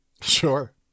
sure